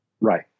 Right